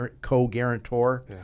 co-guarantor